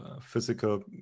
physical